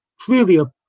clearly